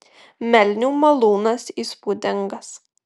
melnių malūnas įspūdingas